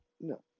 No